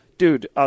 Dude